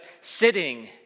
sitting